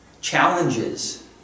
challenges